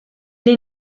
les